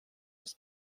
des